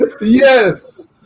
Yes